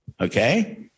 okay